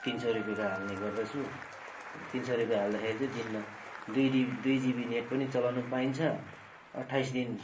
तिन सौ रूपियाँको हाल्ने गर्दछु तिन सौ रुपियाँ हाल्दाखेरि चाहिँ दुई डिबी जिबी नेट पनि चलाउनु पाइन्छ अठाइस दिन